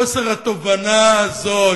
חוסר התובנה הזה,